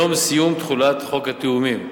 יום סיום תחולת חוק התיאומים.